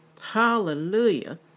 Hallelujah